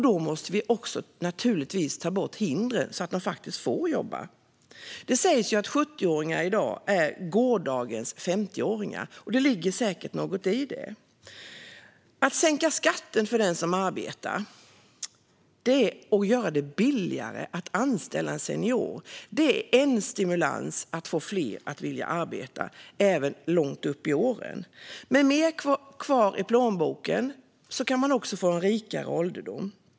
Då måste vi naturligtvis också ta bort hindren så att de faktiskt får jobba. Det sägs att dagens 70åringar är gårdagens 50-åringar. Det ligger säkert något i det. Att sänka skatten för den som arbetar är att göra det billigare att anställa en senior. Det vore en stimulans för att få fler att vilja arbeta även långt upp i åren. Med mer kvar i plånboken kan man också få en rikare ålderdom.